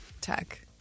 tech